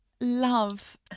love